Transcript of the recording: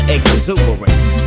Exuberant